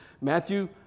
Matthew